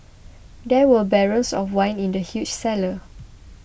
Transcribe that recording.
there were barrels of wine in the huge cellar